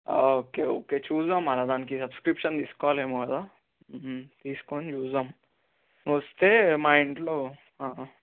okay okay చూద్దాం అన్న దానికి సబ్స్క్రిప్షన్ తీసుకోవాలి ఏమో కదా తీసుకుని చూద్దాం నువ్వు వస్తే మా ఇంట్లో